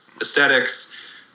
aesthetics